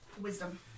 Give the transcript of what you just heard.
Wisdom